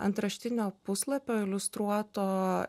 antraštinio puslapio iliustruoto